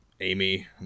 Amy